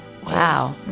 Wow